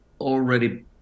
already